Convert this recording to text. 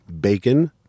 bacon